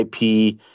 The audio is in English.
IP